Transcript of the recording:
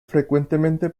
frecuentemente